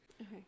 Okay